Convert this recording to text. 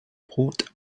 port